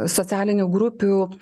socialinių grupių